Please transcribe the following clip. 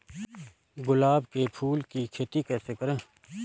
गुलाब के फूल की खेती कैसे करें?